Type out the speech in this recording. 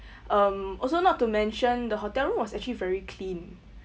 um also not to mention the hotel was actually very clean